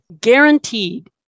guaranteed